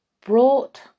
brought